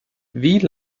wie